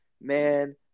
man